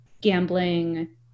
gambling